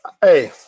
hey